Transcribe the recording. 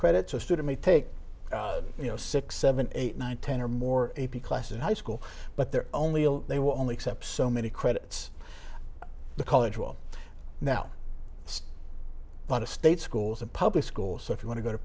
credits a student may take you know six seven eight nine ten or more a p classes in high school but they're only ill they will only accept so many credits the college will now want to state schools and public schools so if you want to go to